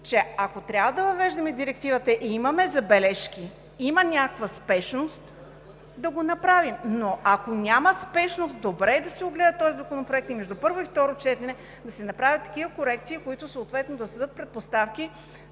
че ако трябва да въвеждаме Директивата и имаме забележки, има някаква спешност – да го направим, но ако няма спешност, добре е да се огледа този законопроект и между първо и второ четене да се направят такива корекции, които съответно да създадат предпоставки